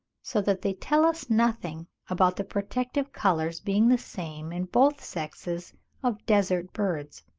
so that they tell us nothing about the protective colours being the same in both sexes of desert-birds.